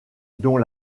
dont